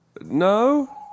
No